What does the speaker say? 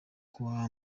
kuwa